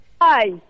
Hi